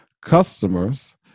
customers